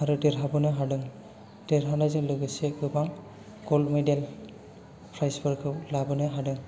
आरो देरहाबोनो हादों देरहानायजों लोगोसे गोबां गल्ड मेडेल प्राइसफोरखौ लाबोनो हादों